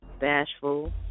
Bashful